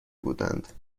بودند